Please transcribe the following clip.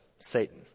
Satan